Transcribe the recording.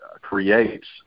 creates